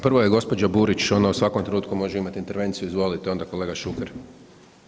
Prvo je gđa. Burić, ona u svakom trenutku može imati intervenciju, izvolite, onda kolega Šuker.